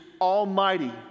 almighty